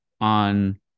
on